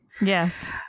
Yes